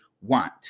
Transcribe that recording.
want